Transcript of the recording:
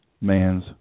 man's